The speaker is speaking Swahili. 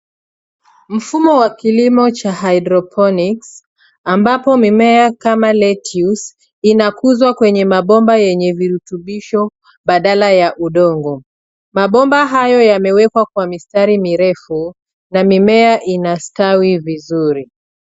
Mfumo wa kilimo cha haidroponiks ambapo mimea kama lettuce inakuzwa kwenye mabomba yenye virutubisho badala ya udongo. Mabomba hayo yamewekwa kwa misatri mirefu na mimea ina stawi vizuri.